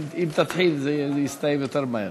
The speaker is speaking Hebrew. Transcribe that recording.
אם תתחיל זה יסתיים יותר מהר.